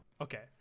Okay